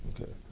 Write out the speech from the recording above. Okay